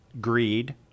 greed